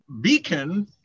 beacon